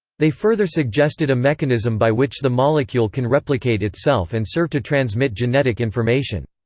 they further suggested a mechanism by which the molecule can replicate itself and serve to transmit genetic information.